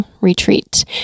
retreat